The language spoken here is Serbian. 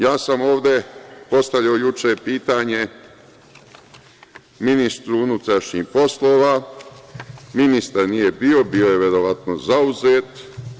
Ja sam ovde postavljao juče pitanje ministru unutrašnjih poslova, ministar nije bio, bio je verovatno zauzet.